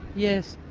yes.